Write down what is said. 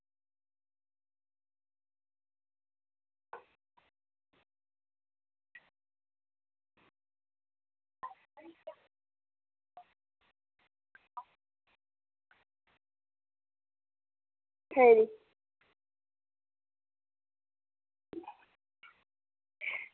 खरी